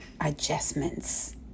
adjustments